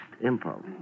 impulse